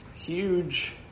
huge